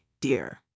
dear